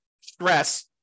stress